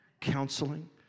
counseling